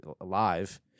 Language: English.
alive